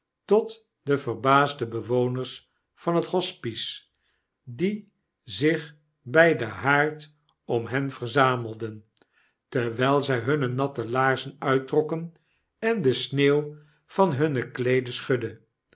tot de verbaasde bewoners van het hospice die zich by den haard om hen verzamelden terwyl zy hunne natte laarzen uittrokken en de sneeuw van hunne kleeden schudden